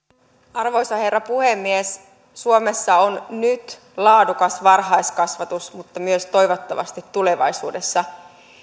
arvoisa herra puhemies suomessa on nyt laadukas varhaiskasvatus mutta toivottavasti myös tulevaisuudessa